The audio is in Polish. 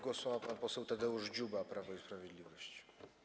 Głos ma pan poseł Tadeusz Dziuba, Prawo i Sprawiedliwość.